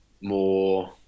more